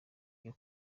iyo